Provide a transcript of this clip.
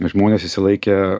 žmonės išsilaikę